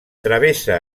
travessa